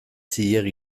zilegi